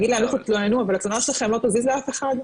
להגיד להן לכו תתלוננו אבל הצרה שלכן לא תזיז לאף אחד,